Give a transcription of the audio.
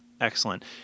Excellent